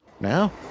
Now